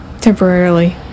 temporarily